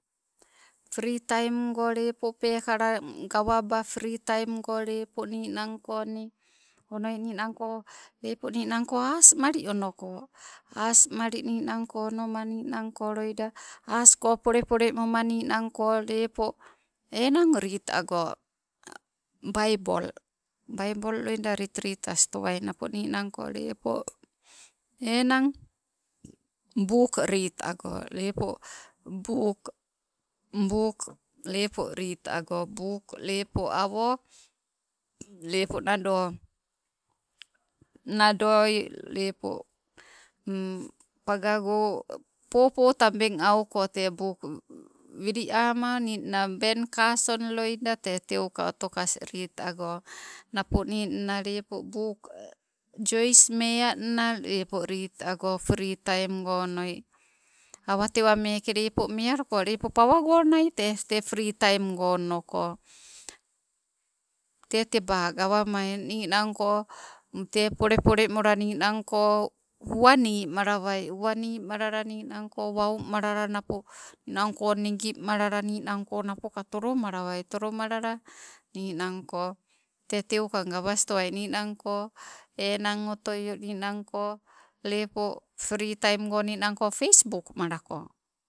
Pri taim go lepo pekala gawaba, pri taim go lepo ninako ni onoi ninanko lepo ninangko asmali onoko asmali ninanko onoma ninangko loida as ko pole pole moma ninanko lepo, enang rit ago baibol. Baibol loida rit rit astowai napo ninangko lepo enang, buk rit agoo, lepo buk, buk leppo rit ago buk lepo awo lepo nado, nadoi lepo pagago popo tabeng auko te buk wili ama, ninna ben carson loida tee teuka otokas rit ago, napo ninna lepo buk, jois mea nna, lepo rit ago pri taim go onoi. Awa tewa meke lepo mealuko lepo pawagonai te, te pri taim go onoko. Te teba gawama eng ninanko te, pole pole mola ninanko uwanimalawai, uwanimalala ninanko wau malala napo ninanko nigimalala ninanko napoka tolomalawai, tolomalala ninanko, tee teu ka gawastowai ninanko enang atoio ninanko lepo pri taim go ninanko pes buk malako.